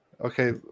Okay